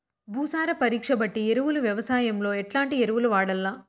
భూసార పరీక్ష బట్టి ఎరువులు వ్యవసాయంలో ఎట్లాంటి ఎరువులు వాడల్ల?